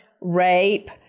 rape